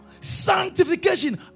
sanctification